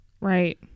Right